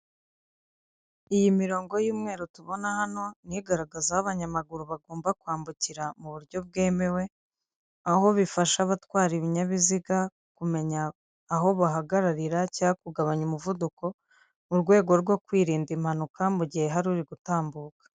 Iyi mirongo y'umweru tubona hano ni igaragaze aho abanyamaguru bagomba kwambukira mu buryo bwemewe aho bifasha abatwara ibinyabiziga kumenya aho bahagararira cyangwa kugabanya umuvuduko mu rwego rwo kwirinda impanuka mu gihe hari uri gutambuka.